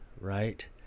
right